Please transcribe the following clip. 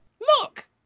Look